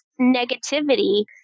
negativity